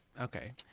okay